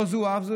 לא זו אף זו,